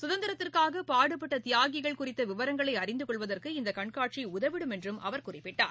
சுதந்திரத்திற்காக பாடுபட்ட தியாகிகள் குறித்த விவரங்களை அறிந்து கொள்வதற்கு இந்த கண்காட்சி உதவிடும் என்று அவர் குறிப்பிட்டார்